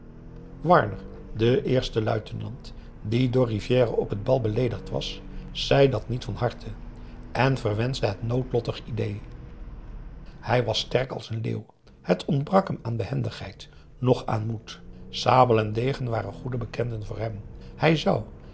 warner de eerste luitenant die door rivière op het bal beleedigd was zei dat niet van harte en verwenschte het noodlottig idée hij was sterk als een leeuw het ontbrak hem aan behendigheid noch aan moed sabel en degen waren goede bekenden voor hem hij zou